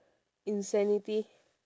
insanity